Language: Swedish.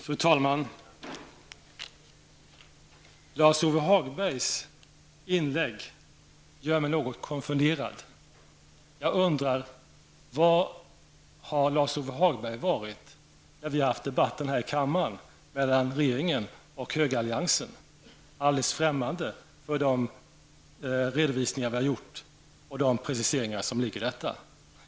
Fru talman! Lars-Ove Hagbergs inlägg gör mig något konfunderad. Jag undrar var han har varit när vi har haft debatten här i kammaren mellan regeringen och högeralliansen. Han är alldeles främmande för de redovisningar som vi har gjort och de preciseringar som ligger i detta.